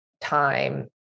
time